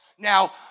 Now